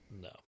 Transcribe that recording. No